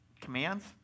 commands